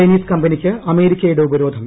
Chinese കമ്പനിക്ക് അമേരിക്കയുടെ ഉപരോധം